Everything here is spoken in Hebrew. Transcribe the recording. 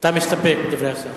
אתה מסתפק בדברי השר?